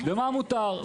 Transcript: ומה מותר.